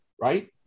right